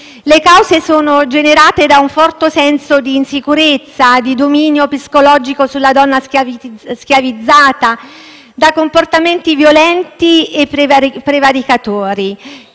Le cause sono generate da un forte senso di insicurezza, da un desiderio di dominio psicologico sulla donna schiavizzata, da comportamenti violenti e prevaricatori